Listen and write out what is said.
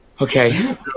Okay